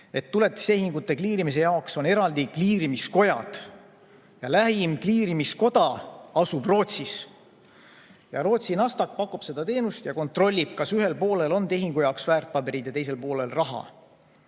Tuletistehingute kliirimise jaoks on eraldi kliirimiskojad. Lähim kliirimiskoda asub Rootsis. Rootsi Nasdaq pakub seda teenust ja kontrollib, kas ühel poolel on tehingu jaoks väärtpabereid ja teisel poolel raha.